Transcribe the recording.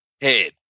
head